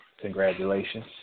Congratulations